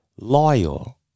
loyal